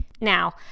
Now